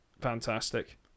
Fantastic